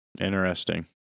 Interesting